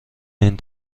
این